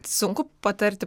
sunku patarti